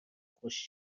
خوش